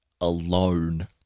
alone